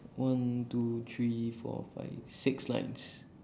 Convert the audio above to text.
one two three four five six lines